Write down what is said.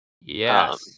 Yes